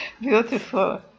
beautiful